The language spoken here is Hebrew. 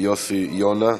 יוסי יונה,